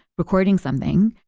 recording something,